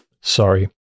sorry